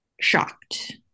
shocked